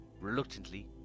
reluctantly